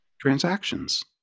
Transactions